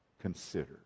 consider